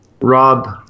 Rob